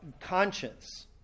Conscience